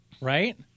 right